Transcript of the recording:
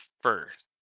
first